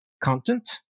content